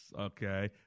Okay